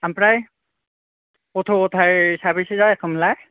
आमफ्राय गथ' गथाइ साबेसे जाखोमोनलाय